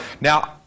Now